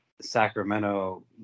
Sacramento